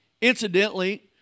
Incidentally